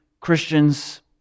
Christians